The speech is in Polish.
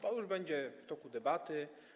To już będzie w toku debaty.